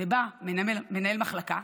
ובא מנהל מחלקה